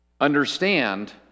understand